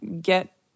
get